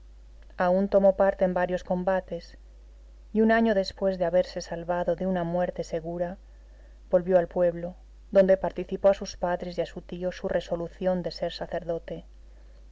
aún tomó parte en varios combates y un año después de haberse salvado de una muerte segura volvió al pueblo donde participó a sus padres y a su tío su resolución de ser sacerdote